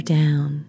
down